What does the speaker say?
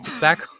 back